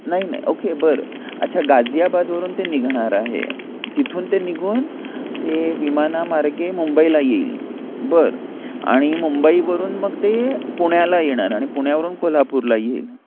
नाही नाही ओके बरं अच्छा गाजियाबादवरून ते निघणार आहे तिथून ते निघून ते विमानामार्गे मुंबईला येईल बरं आणि मुंबईवरून मग ते पुण्याला येणार आणि पुण्यावरून कोल्हापूरला येईल